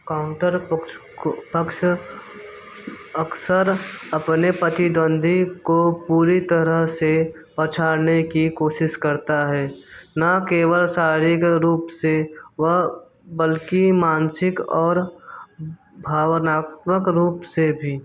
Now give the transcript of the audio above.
counter परोक्ष को अक्सर अक्सर अपने प्रतिद्वंद्वी को पूरी तरह से पछाड़ने की कोशिश करता है न केवल शारीरिक रूप से वह बल्कि मानसिक और भावनात्मक रूप से भी